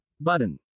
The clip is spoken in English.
button